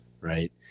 right